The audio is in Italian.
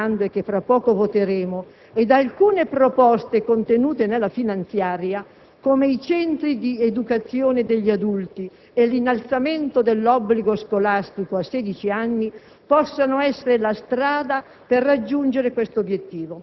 L'insieme composto dal provvedimento che stiamo esaminando e che fra poco voteremo e da alcune proposte contenute nella finanziaria, come i centri di educazione degli adulti e l'innalzamento dell'obbligo scolastico a sedici anni,